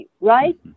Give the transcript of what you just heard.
right